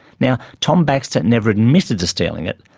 now tom baxter never admitted to stealing it,